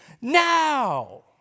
now